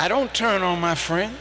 i don't turn on my friend